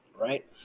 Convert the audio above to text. Right